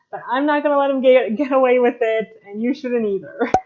i'm not gonna let him get get away with it and you shouldn't either.